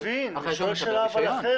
אני מבין אבל אני שואל שאלה אחרת.